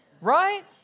Right